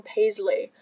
Paisley